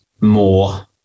more